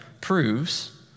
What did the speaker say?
proves